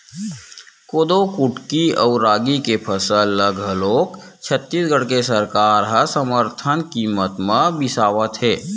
कोदो कुटकी अउ रागी के फसल ल घलोक छत्तीसगढ़ के सरकार ह समरथन कीमत म बिसावत हे